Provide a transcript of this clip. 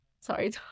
Sorry